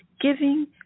giving